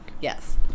Yes